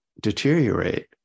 deteriorate